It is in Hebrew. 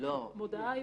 דיברנו גם על המודעות